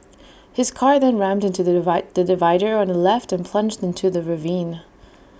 his car then rammed into the the divider on the left and plunged into the ravine